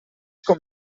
com